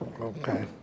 Okay